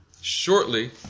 Shortly